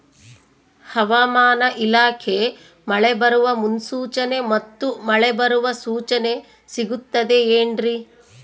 ಹವಮಾನ ಇಲಾಖೆ ಮಳೆ ಬರುವ ಮುನ್ಸೂಚನೆ ಮತ್ತು ಮಳೆ ಬರುವ ಸೂಚನೆ ಸಿಗುತ್ತದೆ ಏನ್ರಿ?